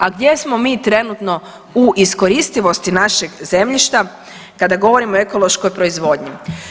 A gdje smo mi trenutno u iskoristivosti našeg zemljišta kada govorimo o ekološkoj proizvodnji?